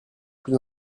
plus